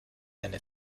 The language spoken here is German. eine